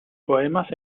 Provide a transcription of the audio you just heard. poemas